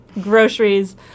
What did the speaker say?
groceries